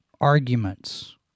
arguments